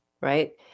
right